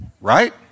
Right